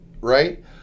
right